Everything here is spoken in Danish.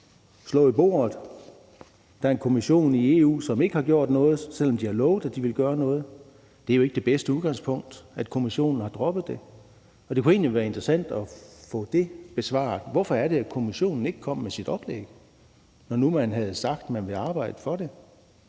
slå i bordet. Der er en Kommission i EU, som ikke har gjort noget, selv om de havde lovet, at de ville gøre noget. Det er jo ikke det bedste udgangspunkt, at Europa-Kommissionen har droppet det. Det kunne egentlig være interessant at få svar på, hvorfor Europa-Kommissionen ikke kom med sit oplæg, når man nu havde sagt, man ville arbejde for det.